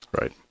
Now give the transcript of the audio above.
Right